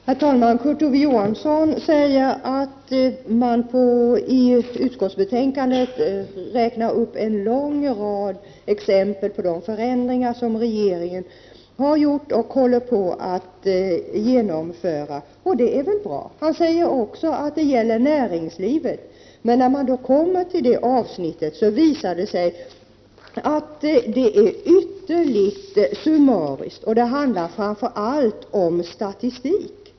Herr talman! Kurt Ove Johansson säger att man i utskottsbetänkandet räknar upp en lång rad exempel på förändringar som regeringen har gjort och håller på att genomföra — och det är väl bra. Han säger också att det gäller näringslivet. Men när man läser det avsnittet i betänkandet visar det sig att det är ytterligt summariskt och att det framför allt handlar om statistik.